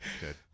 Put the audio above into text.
good